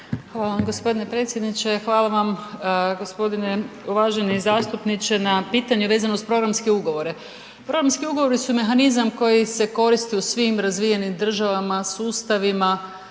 Hvala vam gospodine predsjedniče. Hvala vam gospodine uvaženi zastupniče na pitanju vezano uz programske ugovore. Programski ugovori su mehanizam koji se koristi u svim razvijenim državama, sustavima